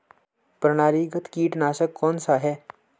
प्रणालीगत कीटनाशक कौन सा है?